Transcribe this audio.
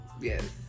yes